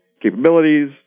capabilities